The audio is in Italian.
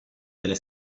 delle